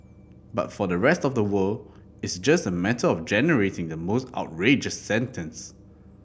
but for the rest of the world it's just a matter of generating the most outrageous sentence